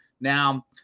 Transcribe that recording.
now